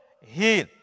heal